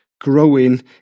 growing